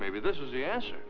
maybe this is the answer